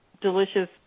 delicious